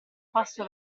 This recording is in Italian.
passo